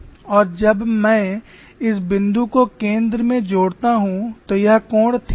और जब मैं इस बिंदु को केंद्र में जोड़ता हूं तो यह कोण थीटा है